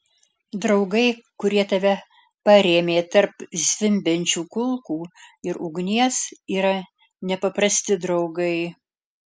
draugai kurie tave parėmė tarp zvimbiančių kulkų ir ugnies yra nepaprasti draugai